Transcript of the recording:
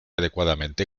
adecuadamente